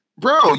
Bro